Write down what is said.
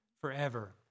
forever